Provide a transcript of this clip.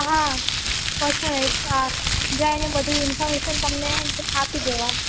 હાં પછી જઈને બધી ઇન્ફોર્મેશન તમને આપી દેવા